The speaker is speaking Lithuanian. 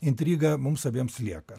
intriga mums abiems lieka